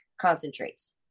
concentrates